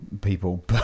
people